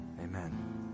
Amen